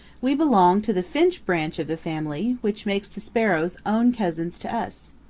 we belong to the finch branch of the family, which makes the sparrows own cousins to us.